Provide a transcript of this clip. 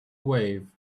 wave